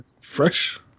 Fresh